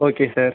okay sir